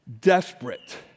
desperate